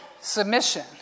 submission